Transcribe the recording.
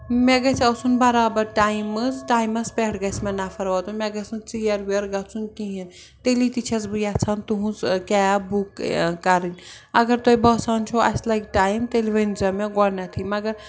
مےٚ گَژھِ آسُن برابر ٹایم حظ ٹایمَس پٮ۪ٹھ گژھِ مےٚ نَفَر واتُن مےٚ گَژھنہٕ ژیر وِیر گَژھُن کِہیٖنۍ تیٚلی تہِ چھَس بہٕ یَژھان تُہٕنٛز کیب بُک کَرٕنۍ اَگر تۄہہِ باسان چھُو اَسہِ لَگہِ ٹایم تیٚلہِ ؤنۍ زیو مےٚ گۄڈٕنٮ۪تھٕے مَگَر